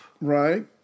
Right